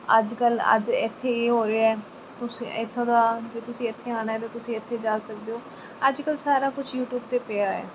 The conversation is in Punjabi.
ਅੱਜ ਕੱਲ੍ਹ ਅੱਜ ਇੱਥੇ ਇਹ ਹੋ ਰਿਹਾ ਤੁਸੀਂ ਇੱਥੋਂ ਦਾ ਜੇ ਅਤੇ ਤੁਸੀਂ ਇੱਥੇ ਆਉਣਾ ਅਤੇ ਤੁਸੀਂ ਇੱਥੇ ਜਾ ਸਕਦੇ ਹੋ ਅੱਜ ਕੱਲ੍ਹ ਸਾਰਾ ਕੁਛ ਯੂਟਿਊਬ 'ਤੇ ਪਿਆ ਹੋਇਆ